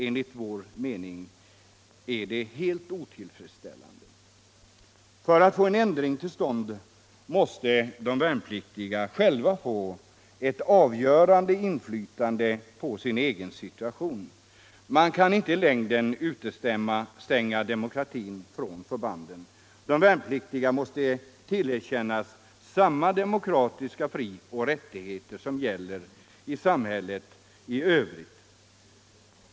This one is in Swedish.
Enligt vår mening är detta helt otillfredsställande. För att få en ändring till stånd måste de värnpliktiga själva få ett avgörande inflytande på sin egen situation. Man kan inte i längden utestänga demokratin från förbanden. De värnpliktiga måste tillerkännas samma demokratiska frioch rättigheter som gäller i samhället i övrigt.